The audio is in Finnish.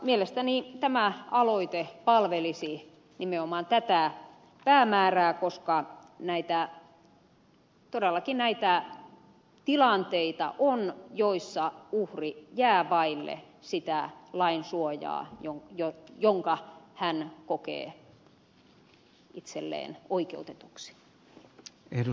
mielestäni tämä aloite palvelisi nimenomaan tätä päämäärää koska todellakin näitä tilanteita on joissa uhri jää vaille sitä lain suojaa jonka hän kokee itselleen oikeutetuksi